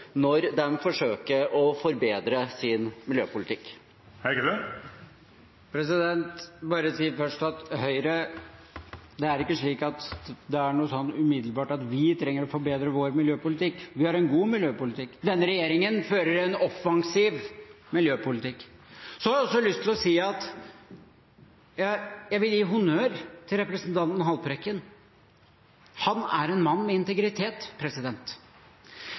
når de forsøker å forbedre sin miljøpolitikk? Først vil jeg bare si at det ikke umiddelbart er slik at vi i Høyre trenger å forbedre vår miljøpolitikk. Vi har en god miljøpolitikk. Denne regjeringen fører en offensiv miljøpolitikk. Jeg har også lyst til å gi honnør til representanten Haltbrekken. Han er en mann med integritet.